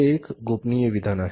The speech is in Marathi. हे एक गोपनीय विधान आहे